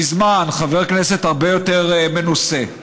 מזמן, חבר כנסת הרבה יותר מנוסה.